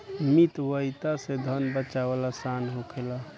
मितव्ययिता से धन बाचावल आसान होखेला